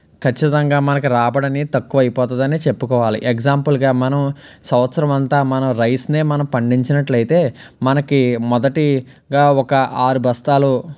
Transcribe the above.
ఖచ్చితంగా మనకి రాబడి అనేది తక్కువైపోతుందని చెప్పుకోవాలి ఎక్సాంపుల్గా మనం సంవత్సరం అంతా మనం రైస్నే మనం పండించినట్లయితే మనకి మొదటిగా ఒక ఆరు బస్తాలు